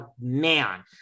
man